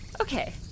Okay